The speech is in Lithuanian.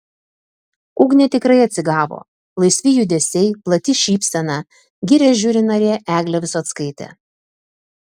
ugnė tikrai atsigavo laisvi judesiai plati šypsena giria žiuri narė eglė visockaitė